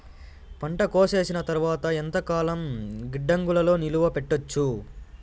పంట కోసేసిన తర్వాత ఎంతకాలం గిడ్డంగులలో నిలువ పెట్టొచ్చు?